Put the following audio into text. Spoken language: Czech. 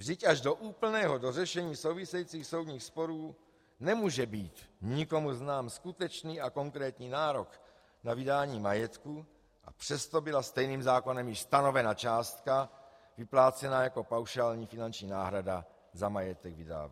Vždyť až do úplného dořešení souvisejících soudních sporů nemůže být nikomu znám skutečný a konkrétní nárok na vydání majetku, a přesto byla stejným zákonem již stanovena částka vyplácená jako paušální finanční náhrada za majetek vydávaný.